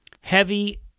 heavy